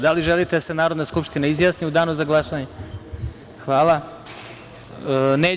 Da li želite da se Narodna skupština izjasni u danu za glasanje? (Aleksandra Tomić: Ne.) Hvala.